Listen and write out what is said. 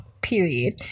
period